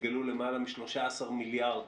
גלגלו למעלה מ-13 מיליארד